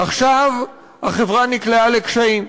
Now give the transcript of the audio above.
עכשיו החברה נקלעה לקשיים.